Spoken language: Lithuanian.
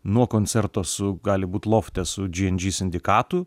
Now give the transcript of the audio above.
nuo koncerto su gali būt lofte su džy en džy sindikatu